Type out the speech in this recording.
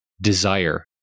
desire